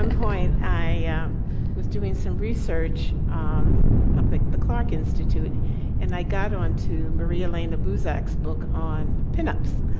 and point i was doing some research up in the clark institute and i got onto maria lane, the booze x book on pin-ups.